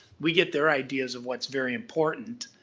we get their ideas of what's very important.